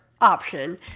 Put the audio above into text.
option